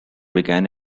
began